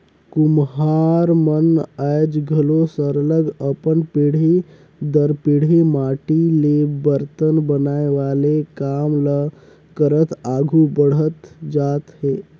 कुम्हार मन आएज घलो सरलग अपन पीढ़ी दर पीढ़ी माटी ले बरतन बनाए वाले काम ल करत आघु बढ़त जात हें